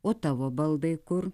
o tavo baldai kur